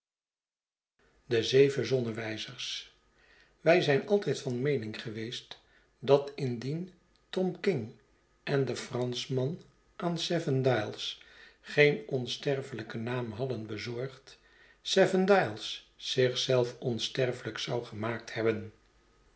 de zeven zonnewijzers wij zijn altijd van meening geweest dat indien tom king en de franschman aan seven dials geen onsterfelijken naam hadden bezorgd seven dials zich zelf onsterfelijk zou gemaakt hebben